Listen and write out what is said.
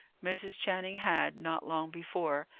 mrs. channing had, not long before,